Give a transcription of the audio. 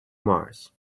mars